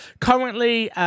currently